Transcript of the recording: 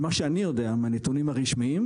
ממה שאני יודע מהנתונים הרשמיים,